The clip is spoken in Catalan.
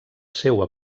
seua